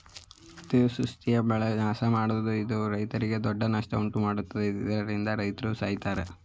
ಅತಿವೃಷ್ಟಿಯು ಬೆಳೆ ನಾಶಮಾಡ್ತವೆ ಇದು ರೈತ್ರಿಗೆ ದೊಡ್ಡ ನಷ್ಟ ಉಂಟುಮಾಡ್ತದೆ ಇದ್ರಿಂದ ರೈತ್ರು ಸಾಯ್ತರೆ